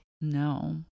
No